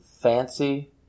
fancy